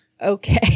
okay